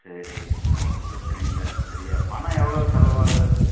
சரி ச ஒன்றும் பிரச்சனை இல்லை சரியா பணம் எவ்வளோ செலவாகும்